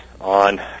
on